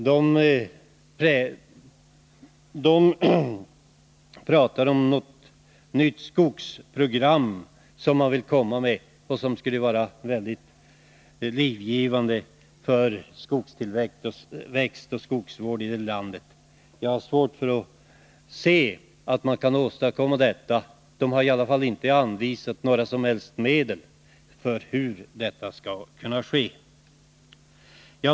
De pratar om ett nytt skogsvårdsprogram, som skulle vara mycket livgivande för skogstillväxt och skogsvård i detta land. Jag har svårt att se att man kan åstadkomma detta. Moderaterna har i alla fall inte anvisat några som helst medel för hur detta skall kunna ske.